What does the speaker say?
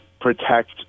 protect